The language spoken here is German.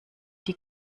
die